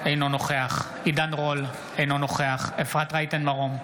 אינו נוכח עידן רול, אינו נוכח אפרת רייטן מרום,